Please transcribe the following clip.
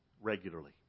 Regularly